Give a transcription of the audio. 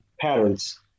patterns